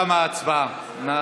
תמה ההצבעה.